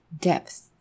depth